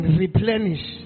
replenish